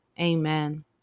Amen